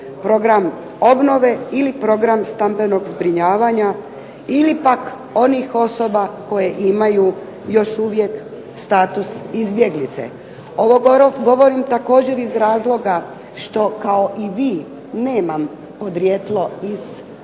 program obnove ili program stambenog zbrinjavanja, ili pak onih osoba koje imaju još uvijek status izbjeglice. Ovo govorim također iz razloga što kao i vi nemam podrijetlo iz Bosne